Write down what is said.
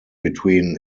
between